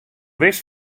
wis